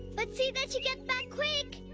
but see that you get back quick,